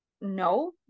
no